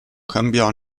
cambiò